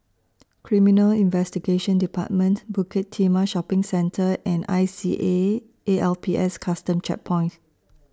Criminal Investigation department Bukit Timah Shopping Centre and I C A A L P S Custom Checkpoint